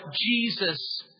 Jesus